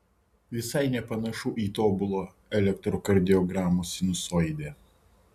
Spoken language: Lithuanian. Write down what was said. visai nepanašu į tobulą elektrokardiogramos sinusoidę